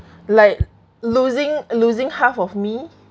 like losing losing half of me